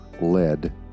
led